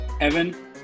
Evan